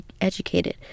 educated